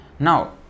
Now